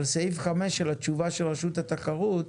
אבל סעיף אחרון של התשובה של רשות התחרות: